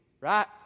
Right